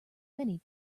many